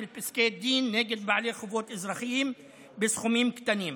של פסקי דין נגד בעלי חובות אזרחיים בסכומים קטנים.